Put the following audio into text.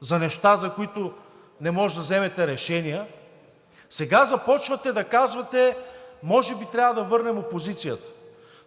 за неща, за които не можете да вземете решения, сега започвате да казвате – може би трябва да върнем опозицията.